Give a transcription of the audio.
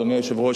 אדוני היושב-ראש,